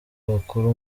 bakuru